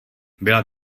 byla